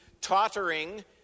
tottering